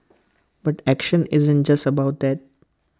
but action isn't just about that